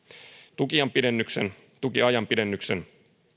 tukiajan pidennyksen tukiajan pidennyksen